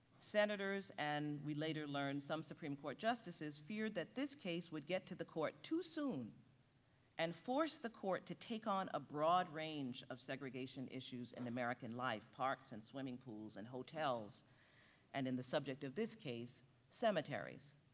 senators and we later learned some supreme court justices feared that this case would get to the court too soon and forced the court to take on a broad range of segregation issues in american life, parks and swimming pools and hotels and in the subject of this case, cemeteries.